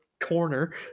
corner